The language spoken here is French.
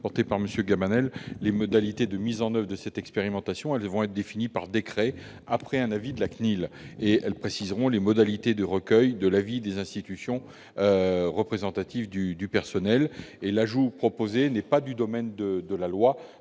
n° 549 rectifié, les modalités de mise en oeuvre de l'expérimentation seront définies par décret, après un avis de la CNIL. Elles préciseront les modalités de recueil de l'avis des institutions représentatives du personnel. L'ajout proposé n'est pas du domaine de la loi.